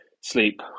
sleep